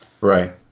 Right